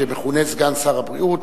שמכונה סגן שר הבריאות,